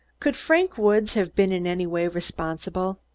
could frank woods have been in any way responsible?